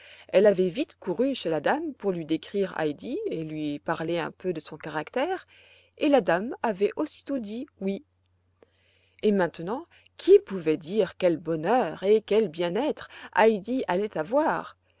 elle avait vite couru chez la dame pour lui décrire heidi et lui parler un peu de son caractère et la dame avait aussitôt dit oui et maintenant qui pouvait dire quel bonheur et quel bien-être heidi allait avoir